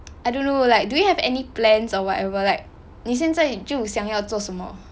I don't know like do you have any plans or whatever like 你现在就想要做什么